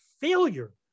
failure